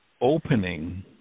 opening